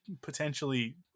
Potentially